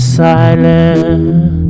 silent